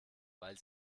weil